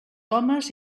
homes